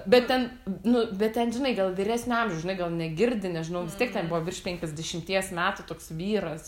bet ten nu bet ten žinai gal vyresnio amžiaus žinai gal negirdi nežinau vis tiek ten buvo virš penkiasdešimties metų toks vyras